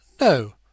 No